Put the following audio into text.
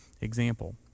example